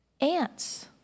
Ants